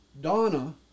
Donna